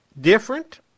different